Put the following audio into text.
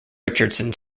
richardson